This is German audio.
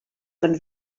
von